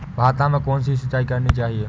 भाता में कौन सी सिंचाई करनी चाहिये?